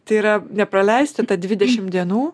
tai yra nepraleisti tą dvidešim dienų